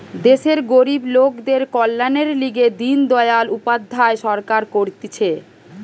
দেশের গরিব লোকদের কল্যাণের লিগে দিন দয়াল উপাধ্যায় সরকার করতিছে